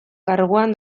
karguan